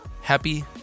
happy